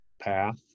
path